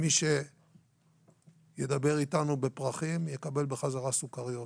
מי שידבר איתנו בפרחים, יקבל בחזרה סוכריות.